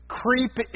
creep